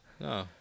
No